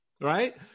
right